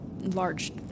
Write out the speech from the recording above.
large